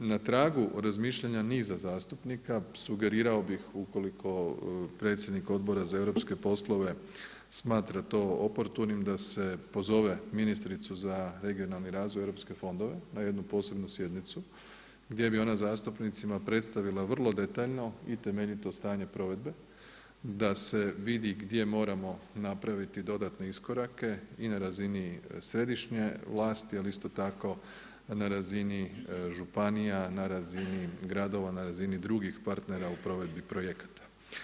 Na tragu razmišljanja niza zastupnika sugerirao bih ukoliko predsjednik Odbora za europske poslove smatra to oportunim da se pozove ministricu za regionalni razvoj i europske fondove na jednu posebnu sjednicu gdje bi ona zastupnicima predstavila vrlo detaljno i temeljito stanje provedbe da se vidi gdje moramo napraviti dodatne iskorake i na razini središnje vlasti, ali isto tako na razini županija, na razini gradova, na razini drugih partnera u provedbi projekata.